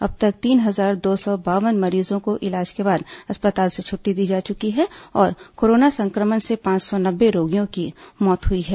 अब तक तीन हजार दो सौ बावन मरीजों को इलाज के बाद अस्पताल से छट्टी दी जा चुकी है और कोरोना संक्रमण से पांच सौ नब्बे रोगियों की मौत हुई है